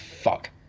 fuck